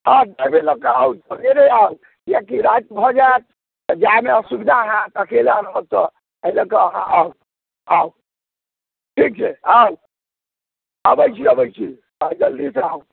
हँ ड्राइवरे लऽ कऽ आउ सबेरे आउ किएकि राति भऽ जाएत तऽ जाएमे असुविधा होयत अकेला रहब तऽ एहि लऽ कऽ अहाँ आउ आउ ठीक छै आउ अबैत छी अबैत छी अहाँ जल्दीसँ आउ